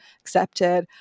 accepted